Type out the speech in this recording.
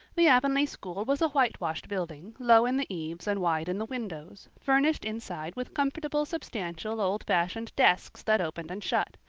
the avonlea school was a whitewashed building, low in the eaves and wide in the windows, furnished inside with comfortable substantial old-fashioned desks that opened and shut,